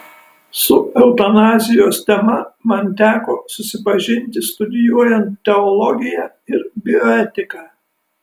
su eutanazijos tema man teko susipažinti studijuojant teologiją ir bioetiką